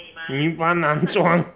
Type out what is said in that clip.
女扮男装